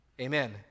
Amen